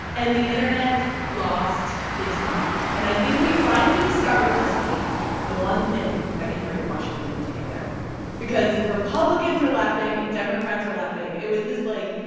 and the internet lost its mind. and i think we've finally discovered this week the one thing that can bring washington together because republicans are laughing. democrats are laughing. laughing. it was this, like,